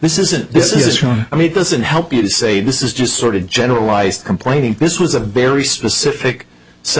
this isn't this is from i mean it doesn't help you say this is just sort of generalized complaining this was a very specific set